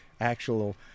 actual